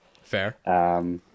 Fair